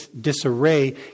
disarray